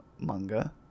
manga